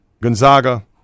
Gonzaga